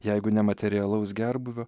jeigu nematerialaus gerbūvio